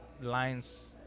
lines